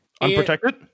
Unprotected